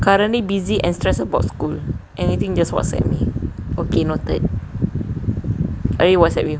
currently busy and stress about school anything just WhatsApp me okay noted I already WhatsApp you